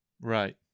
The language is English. Right